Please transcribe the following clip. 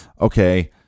okay